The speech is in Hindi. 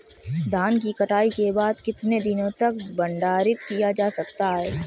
धान की कटाई के बाद कितने दिनों तक भंडारित किया जा सकता है?